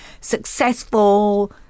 successful